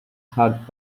hard